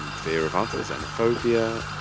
um fear of others, xenophobia,